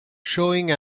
showing